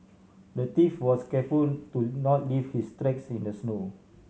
the thief was careful to not leave his tracks in the snow